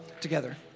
together